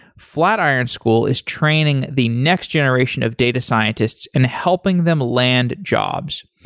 flatiron school is training the next generation of data scientists and helping them land jobs.